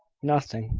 nothing,